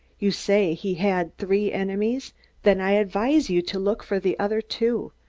you say he had three enemies then i advise you to look for the other two,